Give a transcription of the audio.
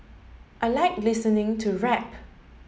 I like listening to rap